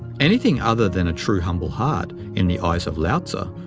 anything other than a true humble heart, in the eyes of lao-tzu,